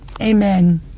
Amen